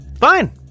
fine